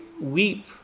weep